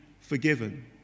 forgiven